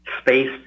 space